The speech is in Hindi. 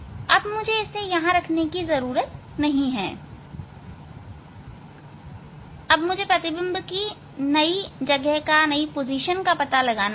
अब मुझे इसे यहां रखने की जरूरत नहीं है इसलिए मुझे प्रतिबिंब की नई स्थिति का पता लगाना होगा